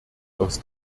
aus